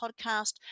Podcast